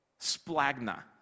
Splagna